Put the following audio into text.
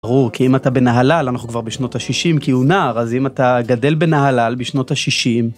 ברור כי אם אתה בנהלל אנחנו כבר בשנות השישים כי הוא נער אז אם אתה גדל בנהלל בשנות השישים.